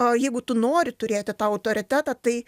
jeigu tu nori turėti tą autoritetą tai